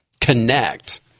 connect